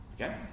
Okay